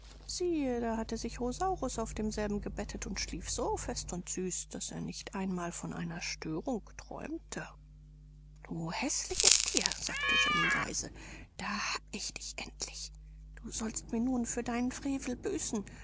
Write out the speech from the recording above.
siehe da hatte sich rosaurus auf demselben gebettet und schlief so fest und süß daß er nicht einmal von einer störung träumte du häßliches thier sagte jenny leise da hab ich dich endlich du sollst mir nun für deinen frevel büßen